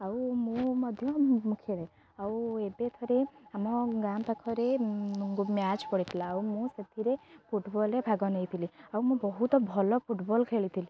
ଆଉ ମୁଁ ମଧ୍ୟ ଖେଳେ ଆଉ ଏବେ ଥରେ ଆମ ଗାଁ ପାଖରେ ମ୍ୟାଚ୍ ପଡ଼ିଥିଲା ଆଉ ମୁଁ ସେଥିରେ ଫୁଟବଲରେ ଭାଗ ନେଇଥିଲି ଆଉ ମୁଁ ବହୁତ ଭଲ ଫୁଟବଲ ଖେଳିଥିଲି